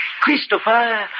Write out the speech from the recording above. christopher